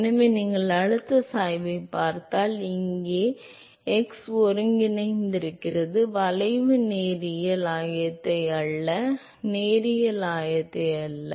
எனவே நீங்கள் அழுத்தச் சாய்வைப் பார்த்தால் இங்கே x ஒருங்கிணைக்கிறது வளைவு நேரியல் ஆயத்தை அல்ல நேரியல் ஆயத்தை அல்ல